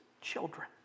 children